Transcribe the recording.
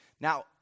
Now